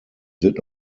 did